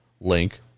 link